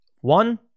One